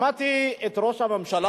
שמעתי את ראש הממשלה.